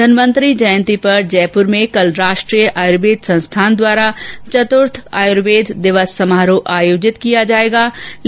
धनवंतरि जयंती पर जयपुर में कल राष्ट्रीय आयुर्वेद संस्थान द्वारा चतुर्थ आयुर्वेद दिवस समारोह आयोजित किया जा रहा है